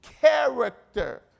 character